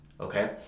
okay